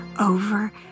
over